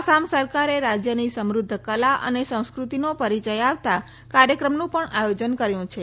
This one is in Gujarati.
આસામ સરકારે રાજ્યની સમૃધ્ધ કલા અને સંસ્કૃતિનો પરિચય આપતા કાર્યક્રમનું પણ આયોજન કર્યું છે